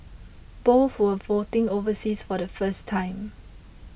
both were voting overseas for the first time